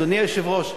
אדוני היושב-ראש,